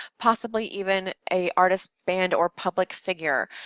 possibly even a artist, band or public figure.